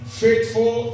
faithful